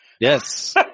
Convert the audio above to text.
Yes